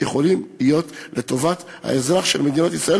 יכולים להיות לטובת האזרח של מדינת ישראל,